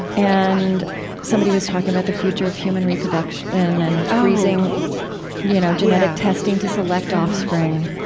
and somebody was talking about the future of human reproduction and freezing you know genetic testing to select offspring.